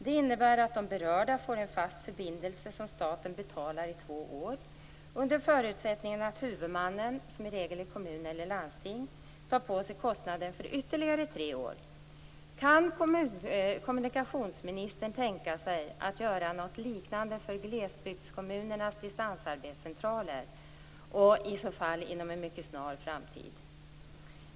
Det innebär att de berörda får en fast förbindelse som staten betalar i två år under förutsättning att huvudmannen, som i regel är kommun eller landsting, tar på sig kostnaden för ytterligare tre år. Kan kommunikationsministern tänka sig att göra något liknande för glesbygdskommunernas distansarbetscentraler och i så fall inom en mycket snar framtid?